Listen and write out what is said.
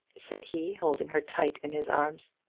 said he, holding her tight in his arms,